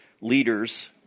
leaders